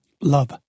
love